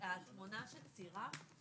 אני פותחת את הדיון בנושא הצעת תקנות